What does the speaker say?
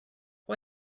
why